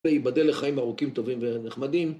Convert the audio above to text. ויבדל לחיים ארוכים טובים ונחמדים